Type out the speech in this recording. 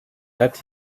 that